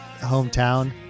hometown